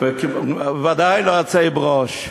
בוודאי לא עצי ברוש.